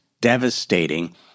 devastating